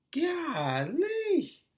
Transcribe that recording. Golly